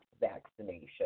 vaccination